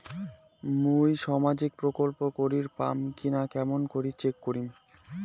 মুই সামাজিক প্রকল্প করির পাম কিনা কেমন করি চেক করিম?